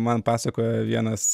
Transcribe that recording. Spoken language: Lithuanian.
man pasakojo vienas